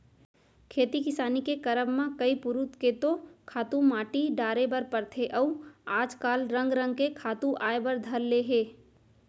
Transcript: खेती किसानी के करब म कई पुरूत के तो खातू माटी डारे बर परथे अउ आज काल रंग रंग के खातू आय बर धर ले हे